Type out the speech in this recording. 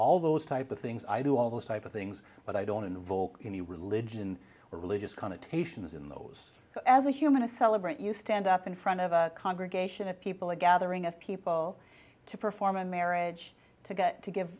all those type of things i do all those type of things but i don't invoke any religion or religious connotations in those as a human to celebrate you stand up in front of a congregation of people a gathering of people to perform a marriage to get to give